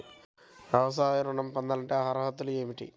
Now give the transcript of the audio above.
వ్యవసాయ ఋణం పొందాలంటే అర్హతలు ఏమిటి?